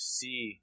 see